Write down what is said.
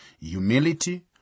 humility